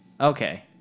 Okay